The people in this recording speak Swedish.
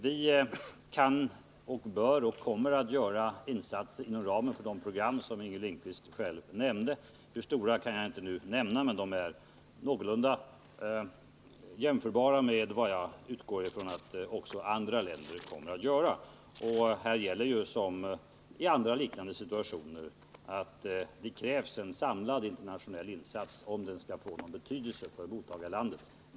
Vi kan, bör och kommer att göra insatser inom ramen för det program som Inger Lindquist själv nämnde — Hur stora kan jag inte säga nu, men de är någorlunda jämförbara med dem jag utgår ifrån att andra länder kommer att göra. Här som i andra liknande situationer gäller att det krävs en samlad internationell insats om det skall få någon betydelse för mottagarlandet.